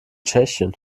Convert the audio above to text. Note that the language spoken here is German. tschechien